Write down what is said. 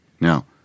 Now